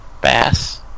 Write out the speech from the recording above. bass